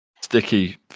Sticky